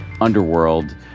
underworld